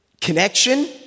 Connection